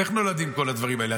איך נולדים כל הדברים האלה?